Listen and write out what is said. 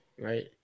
right